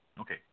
Okay